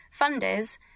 funders